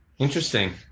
Interesting